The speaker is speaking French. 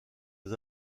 les